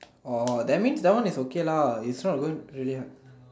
oh that means that one is okay lah it's not going to really happen